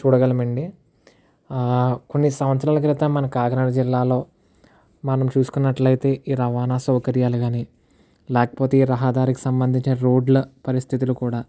చూడగలమండి కొన్ని సంవత్సరాల క్రితం మన కాకినాడ జిల్లాలో మనం చూసుకున్నట్లయితే ఈ రవాణా సౌకర్యాలు కానీ లేకపోతే రహదారికి సంబంధించిన రోడ్ల పరిస్థితులు కూడా